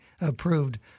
approved